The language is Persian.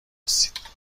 رسید